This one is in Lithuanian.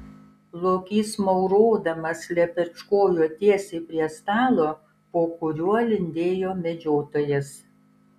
lokys maurodamas lepečkojo tiesiai prie stalo po kuriuo lindėjo medžiotojas